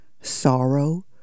sorrow